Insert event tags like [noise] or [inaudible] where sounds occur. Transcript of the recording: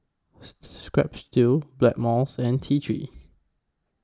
[noise] Strepsils Blackmores and T three